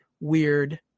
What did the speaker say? weird